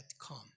come